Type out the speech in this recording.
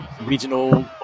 regional